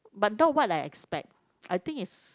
but not what I expect I think it's